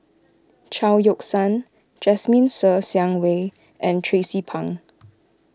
Chao Yoke San Jasmine Ser Xiang Wei and Tracie Pang